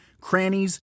crannies